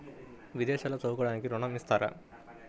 విదేశాల్లో చదువుకోవడానికి ఋణం ఇస్తారా?